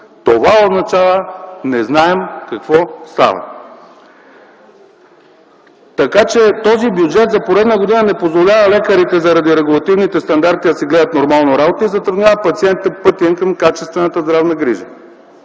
Това означава – не знаем какво става. Така че този бюджет за поредна година не позволява лекарите заради регулативните стандарти да си гледат нормално работата и затрудняват пациентите по пътя им към качествената здравна грижа.